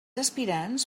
aspirants